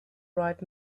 right